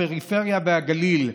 הפריפריה והגליל,